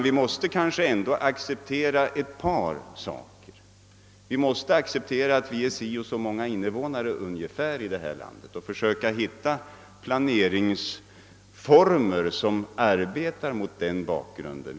Vi måste acceptera att vi är ungefär så och så många människor här i landet, försöka hitta lämpliga planeringsformer och arbeta mot den bakgrunden.